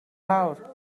fawr